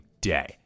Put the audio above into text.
day